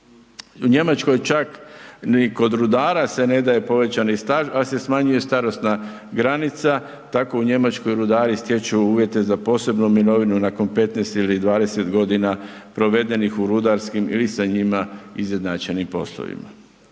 U Njemačkoj čak i kod rudara se ne daje povećani staž, ali se smanjuje starosna granica, tako u Njemačkoj rudari stječu uvjete za posebnu mirovinu nakon 15 ili 20 godina provedenih u rudarskim ili sa njima izjednačenih poslovima.